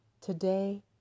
today